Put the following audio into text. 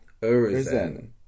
Urizen